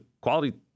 quality